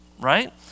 right